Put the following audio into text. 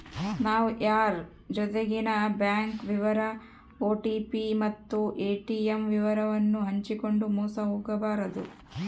ನಾವು ಯಾರ್ ಜೊತಿಗೆನ ಬ್ಯಾಂಕ್ ವಿವರ ಓ.ಟಿ.ಪಿ ಮತ್ತು ಏ.ಟಿ.ಮ್ ವಿವರವನ್ನು ಹಂಚಿಕಂಡು ಮೋಸ ಹೋಗಬಾರದು